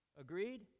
Agreed